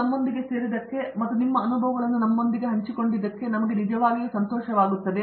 ನೀವು ನಮ್ಮೊಂದಿಗೆ ಸೇರಿದಕ್ಕೆ ಮತ್ತು ನಿಮ್ಮ ಅನುಭವಗಳನ್ನು ನಮ್ಮೊಂದಿಗೆ ಹಂಚಿಕೊಂಡದಕ್ಕೆ ನಮಗೆ ನಿಜವಾಗಿಯೂ ಸಂತೋಷವಾಗುತ್ತದೆ